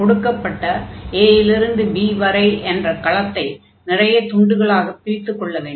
கொடுக்கப்பட்ட a இலிருந்து b வரை என்ற களத்தை நிறைய துண்டுகளாகப் பிரித்துக் கொள்ள வேண்டும்